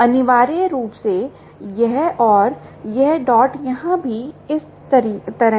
अनिवार्य रूप से यह और यह डॉट यहां भी इस तरह है